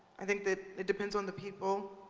i think that it depends on the people.